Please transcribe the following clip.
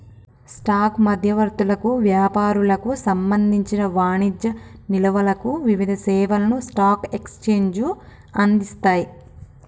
stock మధ్యవర్తులకు, వ్యాపారులకు సంబంధించిన వాణిజ్య నిల్వలకు వివిధ సేవలను స్టాక్ ఎక్స్చేంజ్లు అందిస్తయ్